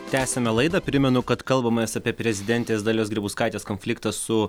tęsiame laidą primenu kad kalbamės apie prezidentės dalios grybauskaitės konfliktą su